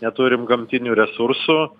neturim gamtinių resursų